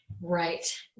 Right